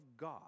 God